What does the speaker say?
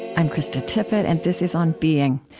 i'm krista tippett, and this is on being.